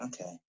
okay